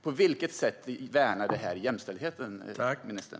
På vilket sätt värnar detta jämställdheten?